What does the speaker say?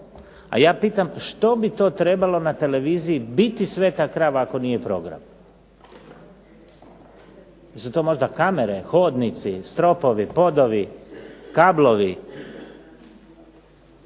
a ja pitam što bi to trebalo na televiziji biti sveta krava ako nije program? Jesu to možda kamere, hodnici, stropovi, podovi, kablovi?